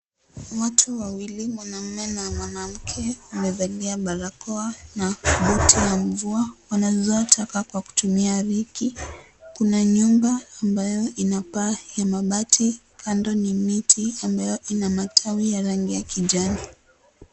Watu wawili mwanamume na mwanamke wamevalia barakoa na buti ya mvua. Wanazoa taka kwa kutumia reki. Kuna nyumba ambayo ina paa ya mabati. Kando ni miti ambayo ina matawi ya rangi ya kijani.